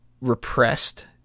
repressed